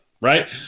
right